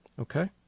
Okay